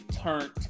turned